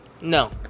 No